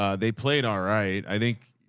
ah they played. all right. i think